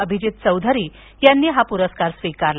अभिजीत चौधरी यांनी हा पुरस्कार स्वीकारला